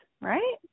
right